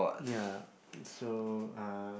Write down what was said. ya so uh